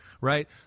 Right